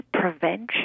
prevention